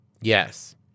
Yes